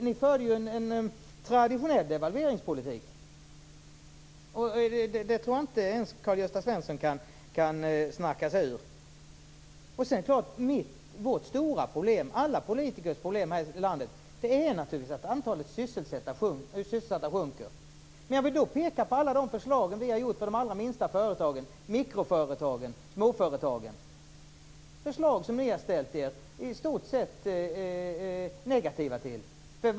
Ni förde en traditionell devalveringspolitik, och det tror jag inte ens att Karl-Gösta Svenson kan snacka sig ur. Alla politikers stora problem här i landet är naturligtvis att antalet sysselsatta sjunker. Men jag vill då peka på alla de förslag som vi har lagt fram för att gynna de allra minsta företagen, mikroföretagen och småföretagen. Dessa förslag har ni i stort sett ställt er negativa till.